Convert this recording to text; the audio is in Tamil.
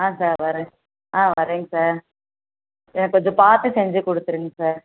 ஆ சார் வரேன் ஆ வரேங்க சார் எனக்கு கொஞ்சம் பார்த்து செஞ்சு கொடுத்துடுங் சார்